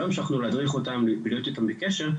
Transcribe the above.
המשכנו להדריך אותם ולהיות איתם בקשר,